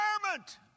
environment